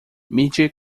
mídia